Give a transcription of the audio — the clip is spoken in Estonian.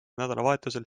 nädalavahetusel